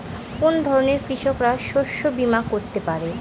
কোন ধরনের কৃষকরা শস্য বীমা করতে পারে?